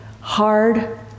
Hard